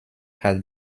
had